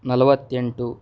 ನಲವತ್ತೆಂಟು